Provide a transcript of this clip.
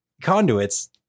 conduits